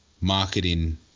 marketing